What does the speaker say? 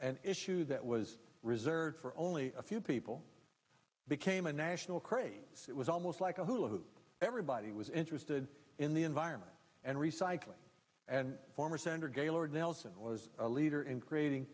an issue that was reserved for only a few people became a national craze it was almost like a hula hoop everybody was interested in the environment and recycling and former senator gaylord nelson was a leader in creating